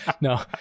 No